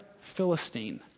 Philistine